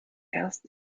erst